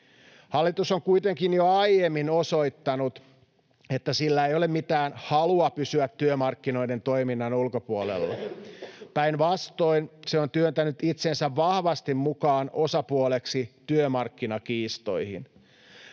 Hallitus on kuitenkin jo aiemmin osoittanut, että sillä ei ole mitään halua pysyä työmarkkinoiden toiminnan ulkopuolella. Päinvastoin se on työntänyt itsensä vahvasti mukaan osapuoleksi työmarkkinakiistoihin,